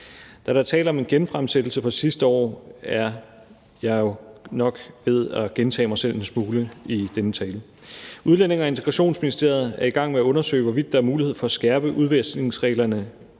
Da der er tale om en genfremsættelse fra sidste år, er jeg jo nok ved at gentage mig selv i denne tale. Udlændinge- og Integrationsministeriet er i gang med at undersøge, hvorvidt der er mulighed for at skærpe udvisningsreglerne